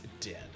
dead